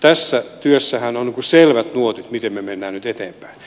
tässä työssähän on selvät nuotit miten me menemme nyt eteenpäin